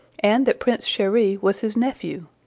and that prince cheri was his nephew.